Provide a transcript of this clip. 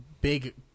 big